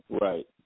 Right